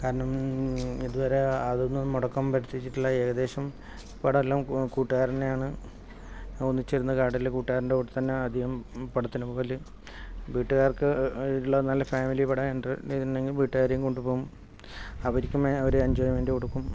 കാരണം ഇതുവരെ അതൊന്നും മുടക്കം വരുത്തി വെച്ചിട്ടില്ലാ ഏകദേശം പടം എല്ലാം കൂട്ടുകാരനെ ആണ് ഒന്നിച്ചിരുന്നു കാടലു കൂട്ടുകാരന്റെ കൂടെ തന്നെ ആദ്യം പടത്തിന് പോകൽ വീട്ടുകാർക്ക് ഉള്ള നല്ല ഫാമിലി പടം എൻ്റൊരു ചെയ്തിട്ടുണ്ടെങ്കിൽ വീട്ടുകാരെയും കൊണ്ടുപോകും അവർക്കും ഒരു എൻജോയ്മെന്റ് കൊടുക്കും